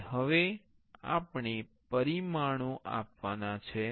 અને હવે આપણે પરિમાણો આપવાના છે